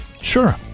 Sure